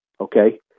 Okay